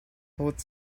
both